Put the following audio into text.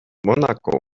monaco